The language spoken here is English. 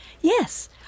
Yes